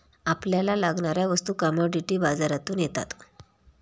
आपल्याला लागणाऱ्या वस्तू कमॉडिटी बाजारातून येतात